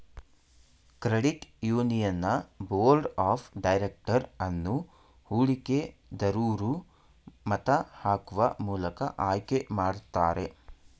credit union board of director ಅನ್ನು ಹೂಡಿಕೆ ದರೂರು ಮತ ಹಾಕುವ ಮೂಲಕ ಆಯ್ಕೆ ಮಾಡುತ್ತಾರೆ